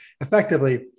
Effectively